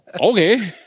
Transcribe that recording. Okay